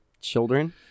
children